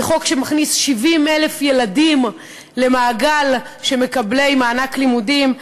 זה חוק שמכניס 70,000 ילדים למעגל של מקבלי מענק לימודים.